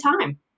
time